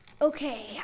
Okay